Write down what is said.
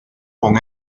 con